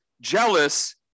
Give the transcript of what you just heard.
jealous